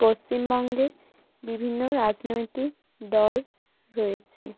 পশ্চিমবঙ্গে বিভিন্ন রাজনৈতিক দল রয়েছে